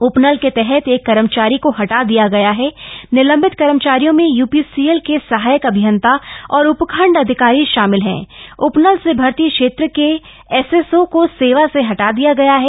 उपनल के तहत एक कर्मचारी कथ हटा दिया गया हथ निलंबित कर्मचारियों में यूपीसीएल के सहायक अभियंता और उपखंड अधिकारी शामिल हण उपनल से भर्ती क्षेत्र के एसएसओ कण सेवा से हटा दिया गया है